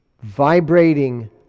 vibrating